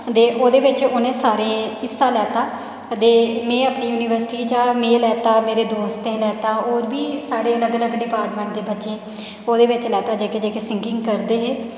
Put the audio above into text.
ते ओह्दे बिच उ'नें सारें हिस्सा लैता ते मेरी युनिवर्सिटी बिच्चा में लैता मेरे दोस्तें लैता ते होर बी सारे अलग अलग डिपार्टमेंट दे बच्चें ओह्दे बिच लाता जेह्के जेह्के सिंगिंग करदे हे